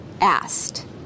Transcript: asked